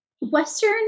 Western